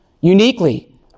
uniquely